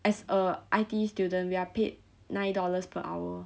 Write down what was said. as a I_T student we are paid nine dollars per hour